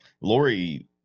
Lori